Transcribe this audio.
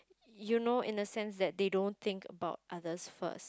you know in a sense that they don't think about others first